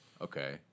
Okay